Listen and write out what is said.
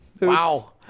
Wow